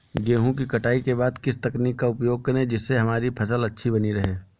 गेहूँ की कटाई के बाद किस तकनीक का उपयोग करें जिससे हमारी फसल अच्छी बनी रहे?